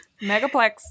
megaplex